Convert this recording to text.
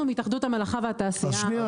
אנחנו מהתאחדות המלאכה והתעשייה.